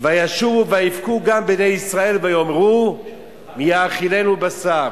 וישובו ויבכו גם בני ישראל ויאמרו מי יאכילנו בשר.